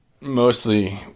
Mostly